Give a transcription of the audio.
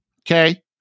Okay